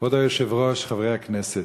כבוד היושב-ראש, חברי הכנסת,